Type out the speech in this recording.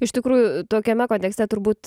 iš tikrųjų tokiame kontekste turbūt